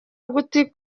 ugutwi